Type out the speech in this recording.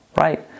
right